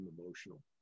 emotional